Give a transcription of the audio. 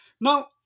Now